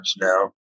now